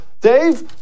Dave